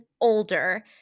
older